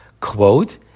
quote